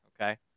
Okay